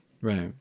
Right